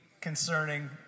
concerning